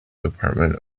department